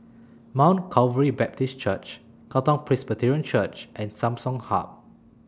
Mount Calvary Baptist Church Katong Presbyterian Church and Samsung Hub